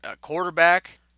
quarterback